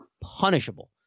punishable